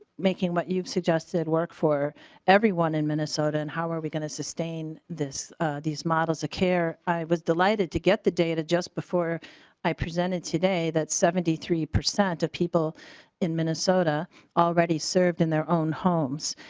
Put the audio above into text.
making what you've suggested work for everyone in minnesota and how are we going to sustain these models of care i was delighted to get the data just before i presented today that seventy three percent of people in minnesota already served in their own homes.